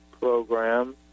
program